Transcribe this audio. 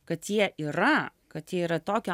kad jie yra kad jie yra tokio